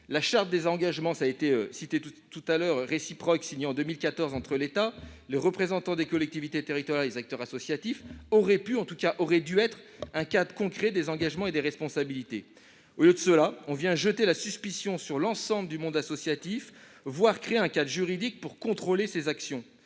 la charte des engagements réciproques, signée en 2014 entre l'État, les représentants des collectivités territoriales et les acteurs associatifs, aurait pu ou, en tout cas, aurait dû être le cadre concret des engagements et des responsabilités. Au lieu de cela, on vient jeter la suspicion sur l'ensemble du monde associatif, voire créer un cadre juridique pour contrôler ses actions.